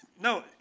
no